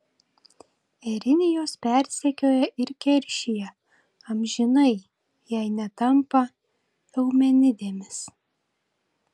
erinijos persekioja ir keršija amžinai jei netampa eumenidėmis